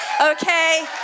okay